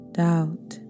doubt